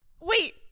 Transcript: Wait